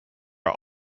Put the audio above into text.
are